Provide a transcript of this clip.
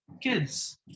kids